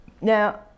Now